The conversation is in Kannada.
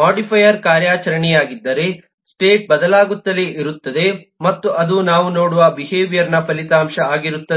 ಮೊಡಿಫೈಯರ್ ಕಾರ್ಯಾಚರಣೆಯಾಗಿದ್ದರೆ ಸ್ಟೇಟ್ ಬದಲಾಗುತ್ತಲೇ ಇರುತ್ತದೆ ಮತ್ತು ಅದು ನಾವು ನೋಡುವ ಬಿಹೇವಿಯರ್ನ ಫಲಿತಾಂಶ ಆಗಿರುತ್ತದೆ